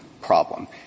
problem